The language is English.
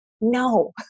No